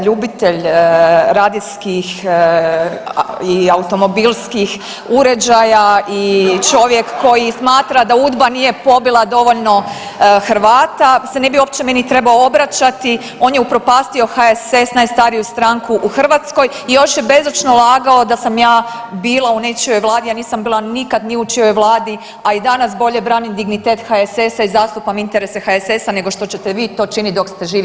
Ljubitelj radijskih i automobilskih uređaja i čovjek koji smatra da UDBA nije pobila dovoljno Hrvata se ne bi uopće meni trebao obraćati, on je upropastio HSS, najstariju stranku u Hrvatskoj i još je bezočno lagao da sam ja bila u nečijoj Vladi, ja nisam bila nikad ni u čijoj Vladi, a i danas bolje branim HSS-a i zastupam interese HSS-a nego što ćete vi to činiti dok ste živi.